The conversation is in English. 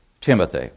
Timothy